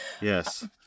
Yes